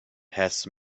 has